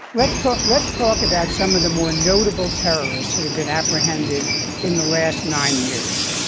let's ah let's talk about some of the more notable terrorists that have been apprehended in the last nine years.